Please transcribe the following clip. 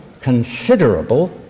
considerable